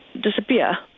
disappear